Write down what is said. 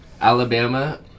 Alabama